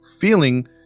feeling